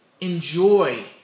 enjoy